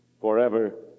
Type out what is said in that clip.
forever